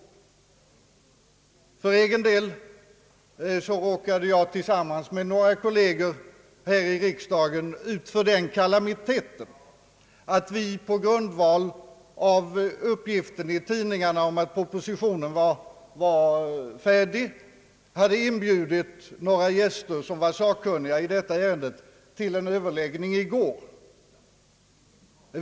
För egen del råkade jag tillsammans med några kolleger i riksdagen ut för den kalamiteten att på grundval av uppgiften i tidningarna att propositionen var färdig bjuda in några gäster som var sakkunniga i ärendet till en överläggning i går.